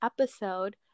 episode